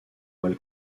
mal